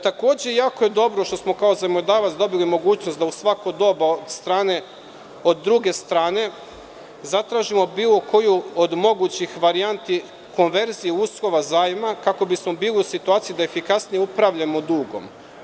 Takođe, jako je dobro što smo kao zajmodavac dobili mogućnost da u svako doba od druge strane zatražimo bilo koju od mogućih varijanti, konverziju uslova zajma, kako bismo bili u situaciji da efikasnije upravljamo dugom.